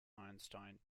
einstein